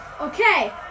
okay